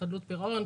חדלות פירעון,